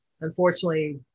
unfortunately